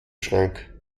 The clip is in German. schrank